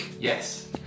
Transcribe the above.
Yes